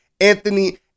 Anthony